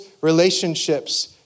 relationships